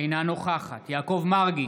אינה נוכחת יעקב מרגי,